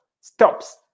stops